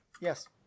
Yes